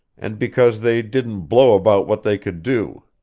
and because they didn't blow about what they could do.